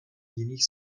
jiných